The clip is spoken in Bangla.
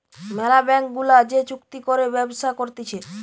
ম্যালা ব্যাঙ্ক গুলা যে চুক্তি করে ব্যবসা করতিছে